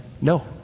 no